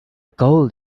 called